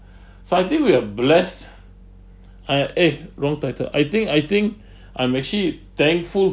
so I think we are blessed I eh wrong title I think I think I'm actually thankful